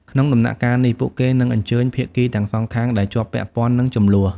ក្នុងដំណាក់កាលនេះ ពួកគេនឹងអញ្ជើញ ភាគីទាំងសងខាងដែលជាប់ពាក់ព័ន្ធនឹងជម្លោះ។